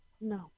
No